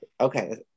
Okay